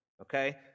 okay